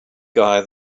guy